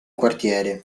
quartiere